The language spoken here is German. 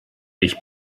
ich